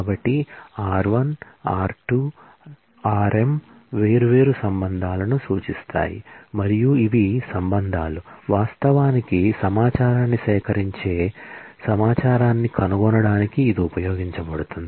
కాబట్టి r1 r2 rm వేర్వేరు relation లను సూచిస్తాయి మరియు ఇవి రిలేషన్ లు వాస్తవానికి సమాచారాన్ని సేకరించే సమాచారాన్ని కనుగొనడానికి ఇది ఉపయోగించబడుతుంది